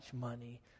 money